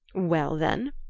well, then?